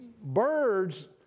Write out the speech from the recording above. birds